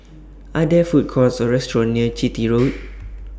Are There Food Courts Or restaurants near Chitty Road